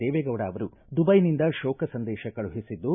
ದೇವೇಗೌಡ ಅವರು ದುಬೈನಿಂದ ಶೋಕ ಸಂದೇಶ ಕಳುಹಿಸಿದ್ದು